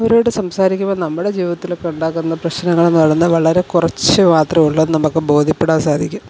അവരോട് സംസാരിക്കുമ്പോള് നമ്മുടെ ജീവിതത്തിലൊക്കെ ഉണ്ടാകുന്ന പ്രശ്നങ്ങളെന്ന് പറയുന്നത് വളരെ കുറച്ച് മാത്രോള്ളെന്ന് നമുക്ക് ബോധ്യപ്പെടാൻ സാധിക്കും